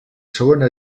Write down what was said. segona